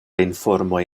informoj